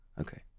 Okay